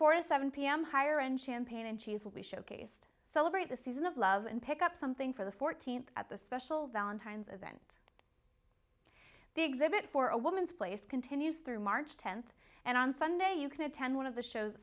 four to seven pm higher end champagne and cheese will be showcased celebrate the season of love and pick up something for the fourteenth at the special valentine's event the exhibit for a woman's place continues through march tenth and on sunday you can attend one of the shows